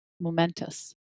momentous